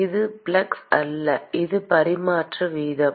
இது ஃப்ளக்ஸ் அல்ல இது பரிமாற்ற வீதம்